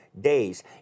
days